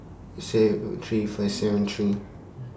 six three five seven three